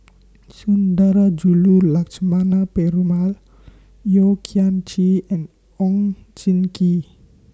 Sundarajulu Lakshmana Perumal Yeo Kian Chye and Oon Jin Gee